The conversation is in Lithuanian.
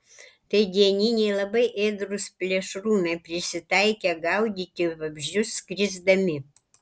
tai dieniniai labai ėdrūs plėšrūnai prisitaikę gaudyti vabzdžius skrisdami